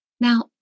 Now